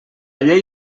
llei